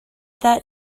that